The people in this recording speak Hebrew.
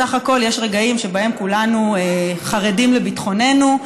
בסך הכול יש רגעים שבהם כולנו חרדים לביטחוננו.